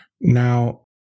Now